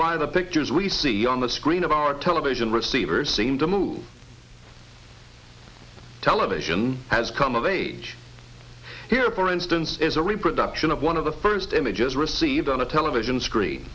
why the pictures we see on the screen of our television receiver seem to move television has come of age here for instance is a reproduction of one of the first images received on a television screen